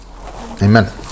Amen